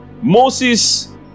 Moses